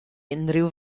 unrhyw